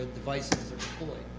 ah devices are deployed.